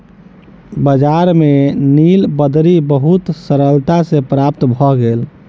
बजार में नीलबदरी बहुत सरलता सॅ प्राप्त भ गेल